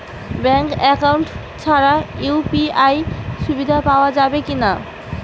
Bank account ছাড়া UPI সুবিধা পাওয়া যাবে কি না?